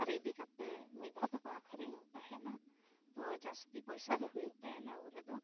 ᱟᱨ ᱤᱫᱤ ᱠᱟᱛᱮ ᱢᱤᱫ ᱫᱷᱟᱣ ᱛᱮᱠᱚ ᱟᱹᱠᱷᱨᱤᱧᱚᱜ ᱛᱟᱦᱮᱱᱟ ᱛᱚ ᱡᱟᱹᱥᱛᱤ ᱯᱚᱭᱥᱟ ᱫᱚ ᱦᱩᱭᱩᱜ ᱛᱟᱦᱮᱱᱟ ᱩᱱ ᱨᱮᱫᱚ